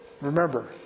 remember